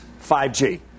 5G